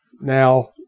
Now